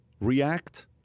react